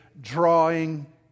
drawing